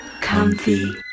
Comfy